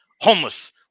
Homeless